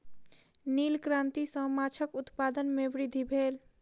नील क्रांति सॅ माछक उत्पादन में वृद्धि भेल